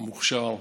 המוכשר.